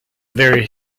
very